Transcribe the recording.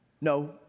No